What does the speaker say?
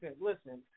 listen